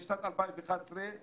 בשנת 2011,